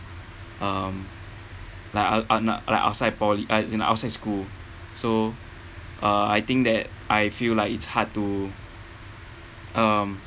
um like like outside poly uh as in outside school so uh I think that I feel like it's hard to um